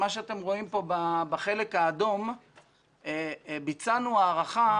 בחלק האדם אתם רואים את זה שביצענו הערכה